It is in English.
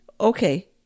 Okay